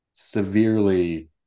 severely